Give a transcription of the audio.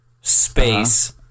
space